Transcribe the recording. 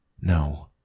No